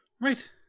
Right